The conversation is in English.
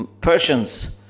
Persians